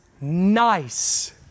nice